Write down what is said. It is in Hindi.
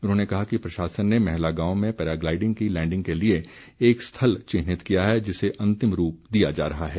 उन्होंने कहा कि प्रशासन ने मैहला गांव में पैराग्लाइडिंग की लैंडिंग के लिए एक स्थल चिन्हित किया है जिसे अंतिम रूप दिया जा रहा है